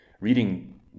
reading